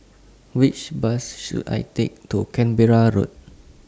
Which Bus should I Take to Canberra Road